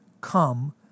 come